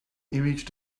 image